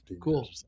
Cool